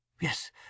yes